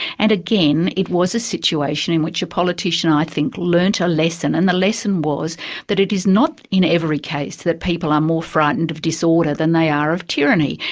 and again, it was a situation which a politician i think learned a lesson, and the lesson was that it is not in every case that people are more frightened of disorder than they are of tyranny,